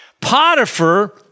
Potiphar